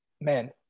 man